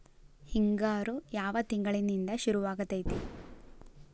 ಹಿಂಗಾರು ಯಾವ ತಿಂಗಳಿನಿಂದ ಶುರುವಾಗತೈತಿ?